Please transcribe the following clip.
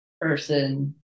person